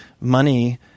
money